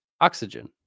Oxygen